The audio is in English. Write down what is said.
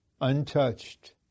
untouched